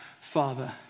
Father